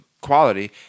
quality